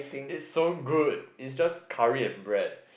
is so good it's just curry and bread